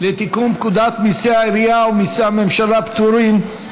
לתיקון פקודת מיסי העירייה ומיסי הממשלה (פטורין)